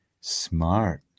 Smart